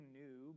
new